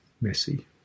messy